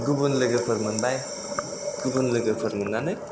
गुबुन लोगोफोर मोनबाय गुबुन लोगोफोर मोन्नानै